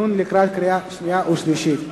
חוק ומשפט לדיון לקראת קריאה שנייה וקריאה שלישית.